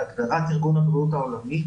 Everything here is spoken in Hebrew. בהגדרת ארגון הבריאות העולמי,